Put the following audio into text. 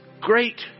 great